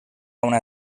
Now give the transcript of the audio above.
una